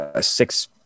six